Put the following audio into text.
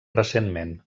recentment